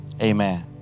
amen